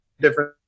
different